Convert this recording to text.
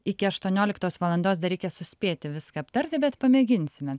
iki aštuonioliktos valandos dar reikia suspėti viską aptarti bet pamėginsime